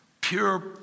pure